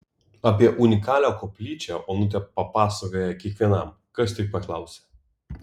apie unikalią koplyčią onutė papasakoja kiekvienam kas tik paklausia